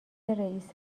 رئیست